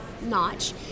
notch